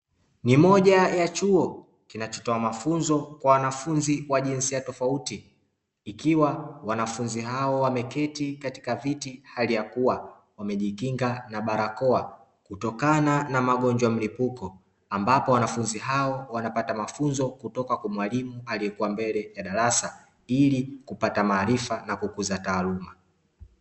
Ni moja ya chuo kinachotoa mafunzo kwa wanafunzi wa jinsia tofauti, ikiwa wanafunzi hao wameketi katika viti, hali ya kuwa wamejikinga na barakoa kutokana na magonjwa mlipuko. Ambapo wanafunzi hao wanapata mafunzo kutoka kwa mwalimu aliyekuwa mbele ya darasa, ili kupata maarifa na kukuza taaluma.